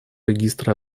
регистра